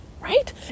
right